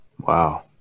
wow